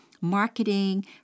marketing